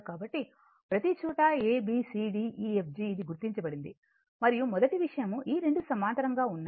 కాబట్టి ప్రతిచోటా a b c d e f g ఇది గుర్తించబడింది మరియు మొదటి విషయం ఈ రెండు సమాంతరంగా ఉన్నాయి